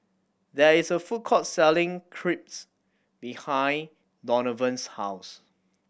there is a food court selling Crepe behind Donavon's house